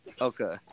Okay